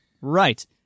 right